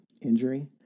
injury